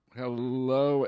hello